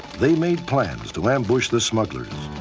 they made plans to ambush the smugglers.